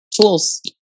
tools